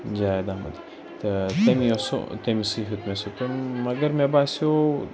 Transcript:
جاوید احمد تہٕ تٔمی اوس سُہ تٔمسٕے ہیٛوت مےٚ سُہ تہٕ مگر مےٚ باسیٛو